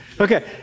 Okay